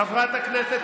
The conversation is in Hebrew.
חבר הכנסת